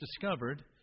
discovered